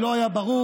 אם לא היה ברור,